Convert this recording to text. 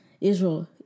Israel